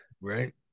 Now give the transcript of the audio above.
Right